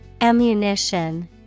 Ammunition